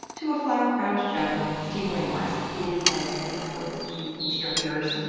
to a flower-crowned gem, steven ray morris, who lead edits and uploads these into your ears.